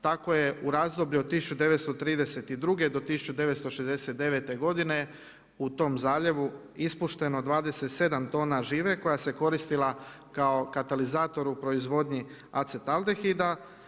Tako je u razdoblju od 1932. do 1969. godine u tom zaljevu ispušteno 27 tona žive koja se koristila kao katalizator u proizvodnji acetaldehilda.